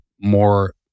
more